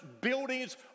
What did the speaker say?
buildings